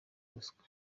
ruswa